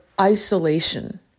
isolation